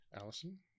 Allison